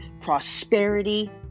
prosperity